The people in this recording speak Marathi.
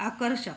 आकर्षक